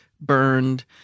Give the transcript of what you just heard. burned